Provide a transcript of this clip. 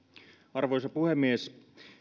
arvoisa puhemies